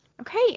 Okay